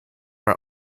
are